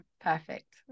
perfect